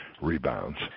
rebounds